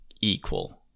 equal